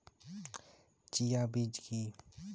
Chia বীজ কী?